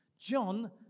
John